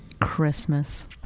Christmas